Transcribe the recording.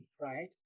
right